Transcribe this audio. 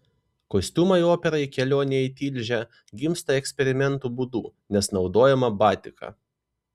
kostiumai operai kelionė į tilžę gimsta eksperimentų būdu nes naudojama batika